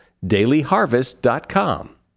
dailyharvest.com